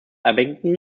abingdon